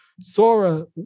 Sora